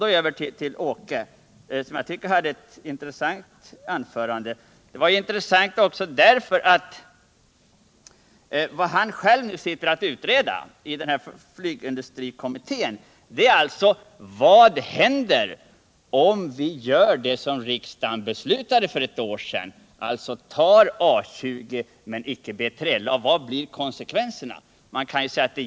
Så över till Åke Gustavsson, som höll ett intressant anförande. Vad han nu själv sitter att utreda i flygindustrikommittén är alltså: Vad händer om vi gör det som riksdagen beslutade för ett år sedan, tar A 20 men inte B3LA? Vad blir konsekvenserna?